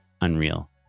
Unreal